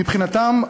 מבחינתם,